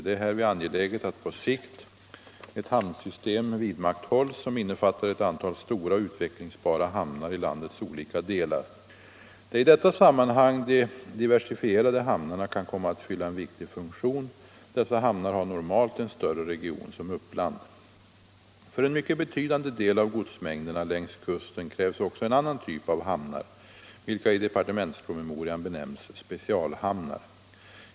Det är härvid angeläget att på sikt ett hamnsystem vidmakthålls, som innefattar ett antal stora och utvecklingsbara hamnar i landets olika delar. Det är i detta sammanhang de diversifierade hamnarna kan komma att fylla en viktig funktion. Dessa hamnar har normalt en större region som uppland. För en mycket betydande del av godsmängderna längs kusten krävs också en annan typ av hamnar, vilka i departementspromemorian benämns specialhamnar.